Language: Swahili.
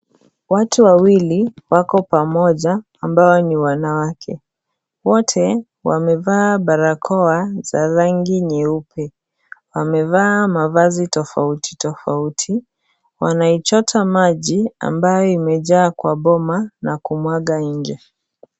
Watu wawili wako pamoja ambao ni wanawake wote wamevaa barakoa za rangi nyeupe wamevaa mavazi tofauti tofauti wanaichota maji ambayo imejaa kwa boma na kuimwaga nje.